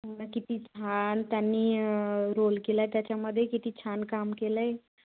हो ना किती छान त्यांनी रोल केला आहे त्याच्यामध्ये किती छान काम केलं आहे